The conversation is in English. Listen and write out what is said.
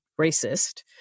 racist